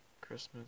Christmas